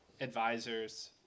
advisors